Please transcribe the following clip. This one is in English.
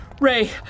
Ray